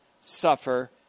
suffer